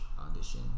audition